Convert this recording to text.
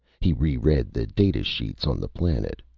he reread the data sheets on the planet.